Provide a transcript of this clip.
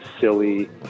silly